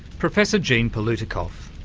professor jean palutikof.